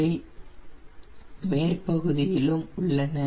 அவை மேற்பகுதியிலும் உள்ளன